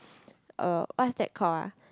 a what's that called ah